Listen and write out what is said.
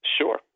Sure